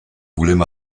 voulaient